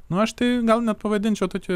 nu aš tai gal net pavadinčiau tokiu